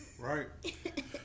Right